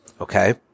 Okay